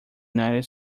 united